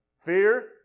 Fear